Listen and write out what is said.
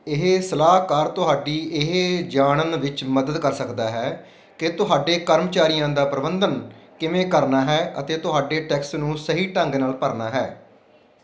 ਇਹ ਸਲਾਹਕਾਰ ਤੁਹਾਡੀ ਇਹ ਜਾਣਨ ਵਿੱਚ ਮਦਦ ਕਰ ਸਕਦਾ ਹੈ ਕਿ ਤੁਹਾਡੇ ਕਰਮਚਾਰੀਆਂ ਦਾ ਪ੍ਰਬੰਧਨ ਕਿਵੇਂ ਕਰਨਾ ਹੈ ਅਤੇ ਤੁਹਾਡੇ ਟੈਕਸ ਨੂੰ ਸਹੀ ਢੰਗ ਨਾਲ ਭਰਨਾ ਹੈ